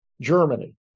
Germany